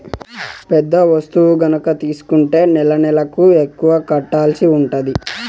పెద్ద వస్తువు గనక తీసుకుంటే నెలనెలకు ఎక్కువ కట్టాల్సి ఉంటది